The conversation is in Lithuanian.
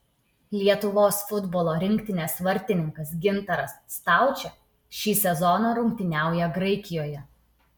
lietuvos futbolo rinktinės vartininkas gintaras staučė šį sezoną rungtyniauja graikijoje